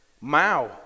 Mao